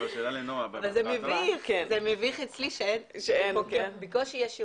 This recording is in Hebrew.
זה מביך שאצלי בקושי יש ירוקים.